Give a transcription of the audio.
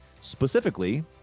specifically